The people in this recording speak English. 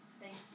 Thanks